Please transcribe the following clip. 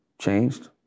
changed